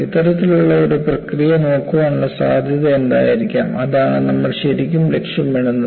ഇത്തരത്തിലുള്ള ഒരു പ്രക്രിയ നോക്കാനുള്ള സാധ്യത എന്തായിരിക്കാം അതാണ് നമ്മൾ ശരിക്കും ലക്ഷ്യമിടുന്നത്